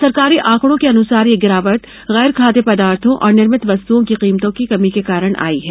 सरकारी आंकडों के अनुसार ये गिरावट गैर खाद्य पदार्थों और निर्भित वस्तुओं की कीमतों में कमी के कारण आई है